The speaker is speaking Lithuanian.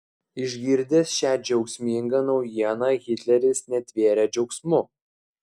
išgirdęs šią džiaugsmingą naujieną hitleris netvėrė džiaugsmu